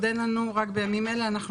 עוד אין לנו רק בימים האלה אנחנו